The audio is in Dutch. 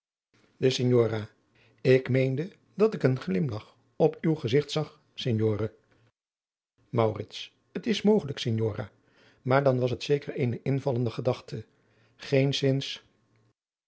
de signora ik meende dat ik een glimlach op uw gezigt zag signore maurits t is mogelijk signora maar dan was het zeker eene invallende gedachte geenszins